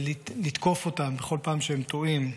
לתקוף אותם בכל פעם שהם טועים,